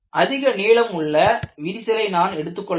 அதிக நீளம் உள்ள விரிசலை நான் எடுத்துக் கொள்ளவில்லை